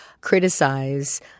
criticize